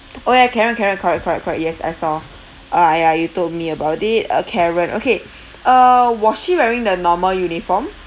orh ya karen karen correct correct correct yes I saw uh ah ya you told me about it uh karen okay uh was she wearing the normal uniform